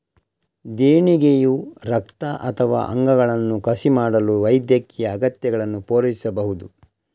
ದೇಣಿಗೆಯು ರಕ್ತ ಅಥವಾ ಅಂಗಗಳನ್ನು ಕಸಿ ಮಾಡಲು ವೈದ್ಯಕೀಯ ಅಗತ್ಯಗಳನ್ನು ಪೂರೈಸಬಹುದು